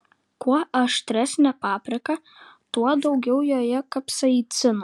kuo aštresnė paprika tuo daugiau joje kapsaicino